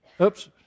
Oops